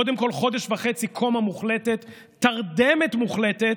קודם כול חודש וחצי קומה מוחלטת, תרדמת מוחלטת,